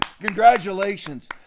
Congratulations